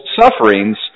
sufferings